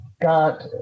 got